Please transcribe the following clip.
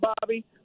Bobby